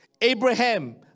Abraham